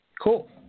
Cool